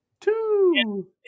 Two